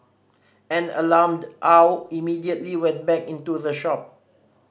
an alarmed Aw immediately went back into the shop